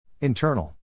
Internal